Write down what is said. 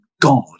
God